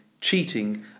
cheating